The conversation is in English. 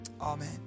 Amen